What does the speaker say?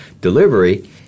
delivery